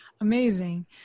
Amazing